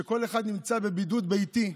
כשכל אחד נמצא בבידוד ביתי,